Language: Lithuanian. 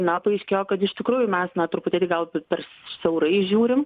na paaiškėjo kad iš tikrųjų mes na truputėlį gal per siaurai žiūrim